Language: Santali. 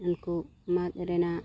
ᱩᱱᱠᱩ ᱢᱟᱫ ᱨᱮᱱᱟᱜ